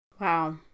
wow